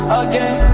again